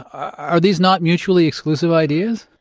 are these not mutually exclusive ideas?